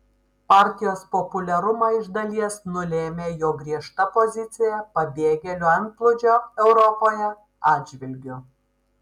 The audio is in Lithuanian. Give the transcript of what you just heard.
partijos populiarumą iš dalies nulėmė jo griežta pozicija pabėgėlių antplūdžio europoje atžvilgiu